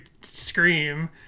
scream